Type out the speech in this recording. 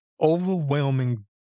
overwhelming